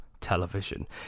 television